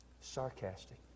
sarcastic